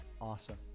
Awesome